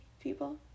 people